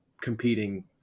competing